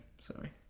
Sorry